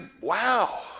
wow